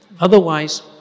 Otherwise